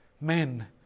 men